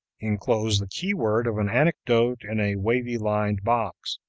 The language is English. enclose the key-word of an anecdote in a wavy-lined box,